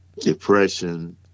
depression